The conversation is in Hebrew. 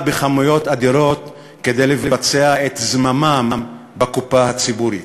בכמויות אדירות כדי לבצע את זממם בקופה הציבורית.